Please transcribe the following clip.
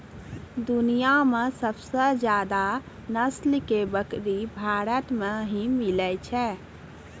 दुनिया मॅ सबसे ज्यादा नस्ल के बकरी भारत मॅ ही मिलै छै